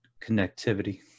connectivity